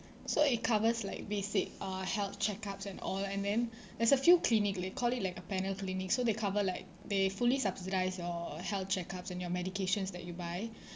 so it covers like basic uh health checkups and all and then there's a few clinic they call it like a panel cllinic so they cover like they fully subsidise your health checkups and your medications that you buy